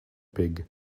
pig